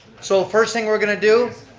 so first thing we're going to do,